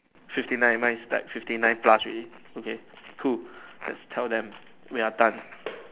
fifty nine mine is like fifty nine plus already okay cool let's tell them we are done